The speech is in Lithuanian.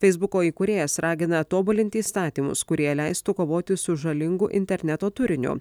feisbuko įkūrėjas ragina tobulinti įstatymus kurie leistų kovoti su žalingu interneto turiniu